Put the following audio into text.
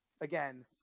Again